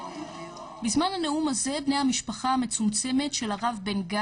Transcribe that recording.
הנושא של הנפגעים הוא נושא אחד מתוך רבים.